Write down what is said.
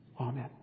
Amen